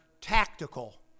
tactical